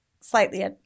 slightly